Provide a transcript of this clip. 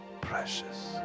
Precious